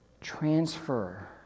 transfer